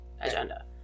agenda